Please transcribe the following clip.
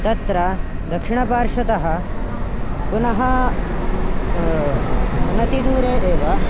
तत्र दक्षिणपार्श्वतः पुनः अनतिदूरे एव